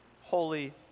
holy